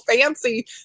fancy